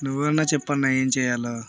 నువ్వన్నా చెప్పన్నా ఏం చేయాలో